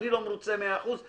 אני לא מרוצה מאה אחוז,